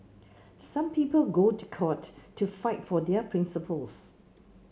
some people go to court to fight for their principles